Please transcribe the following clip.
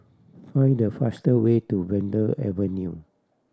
find the faster way to Vanda Avenue